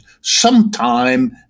sometime